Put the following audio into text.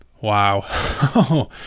Wow